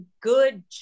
good